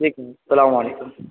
ٹھیک ہے السلام علیکم